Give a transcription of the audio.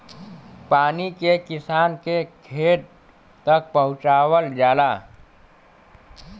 पानी के किसान के खेत तक पहुंचवाल जाला